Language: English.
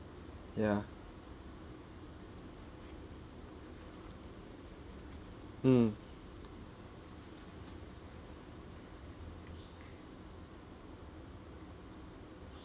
ya mm